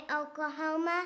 Oklahoma